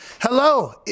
Hello